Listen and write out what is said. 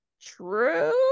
true